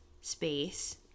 space